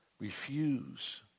Refuse